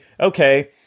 okay